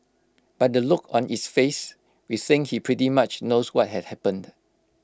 by the look on its face we think he pretty much knows what had happened